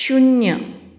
शुन्य